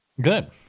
good